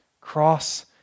cross